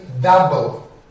double